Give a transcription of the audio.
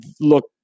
look